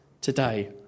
today